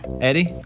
Eddie